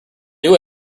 new